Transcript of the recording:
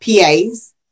PAs